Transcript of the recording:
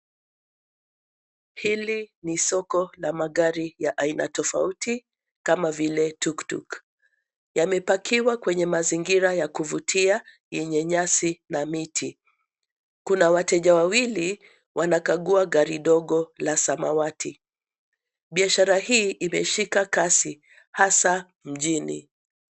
Hili ni soko la magari ya aina tofauti kama vile tuktuk. Yamepakiwa kwenye mazingira ya kuvutia yenye nyasi na miti. Kuna wateja wawili wanakagua gari dogo la samawati. Biashara hii imeshika kasi, hasa mjini.